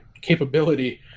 capability